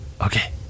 okay